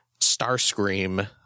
Starscream